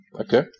Okay